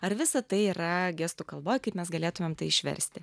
ar visa tai yra gestų kalboj kaip mes galėtumėm išversti